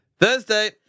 Thursday